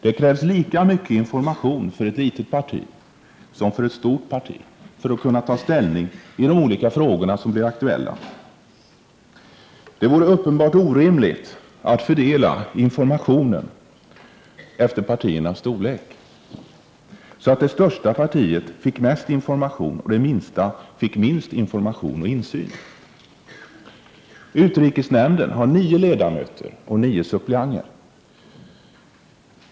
Det krävs lika mycket information för ett litet parti som för ett stort parti för att partiet skall kunna ta ställning i de olika frågor som blir aktuella. Det vore uppenbart orimligt att fördela informationen efter partiernas storlek, så att det största partiet fick mest information och det minsta fick minst information och insyn. Utrikesnämnden har nio ledamöter och nio suppleanter.